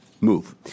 move